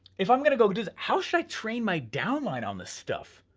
if i'm gonna go do this, how should i train my downline on this stuff,